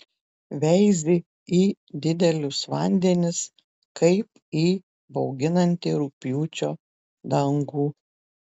veizi į didelius vandenis kaip į bauginantį rugpjūčio dangų